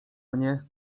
mnie